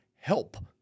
help